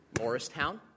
Morristown